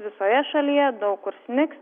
visoje šalyje daug kur snigs